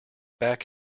back